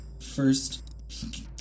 first